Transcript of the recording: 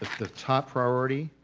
the top priority,